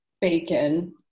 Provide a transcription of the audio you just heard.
bacon